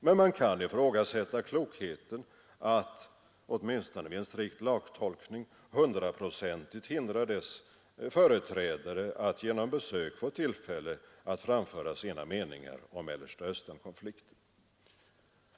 Men man kan ifrågasätta klokheten i att, åtminstone vid en strikt lagtolkning, hundraprocentigt hindra dess företrädare att genom besök få tillfälle att framföra sina meningar om Mellersta Östern-konflikten.